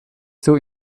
jsou